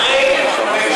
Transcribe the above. קראתי את החוק.